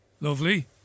Lovely